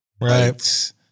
Right